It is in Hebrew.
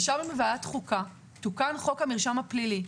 ישבנו בוועדת חוקה, תוקן חוק המרשם הפלילי.